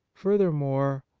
furthermore,